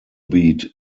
beat